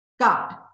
God